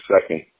second